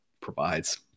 provides